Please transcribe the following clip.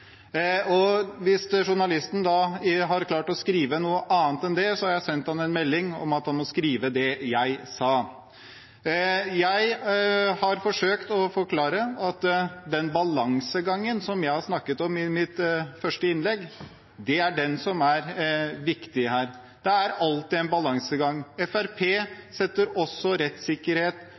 riktige. Hvis journalisten har klart å skrive noe annet enn det, har jeg sendt ham en melding om at han må skrive det jeg sa. Jeg har forsøkt å forklare at den balansegangen jeg snakket om i mitt første innlegg, er den som er viktig her, for det er alltid en balansegang. Fremskrittspartiet setter også rettssikkerhet